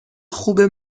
خوبه